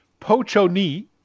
pochoni